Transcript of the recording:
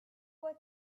was